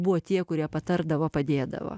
buvo tie kurie patardavo padėdavo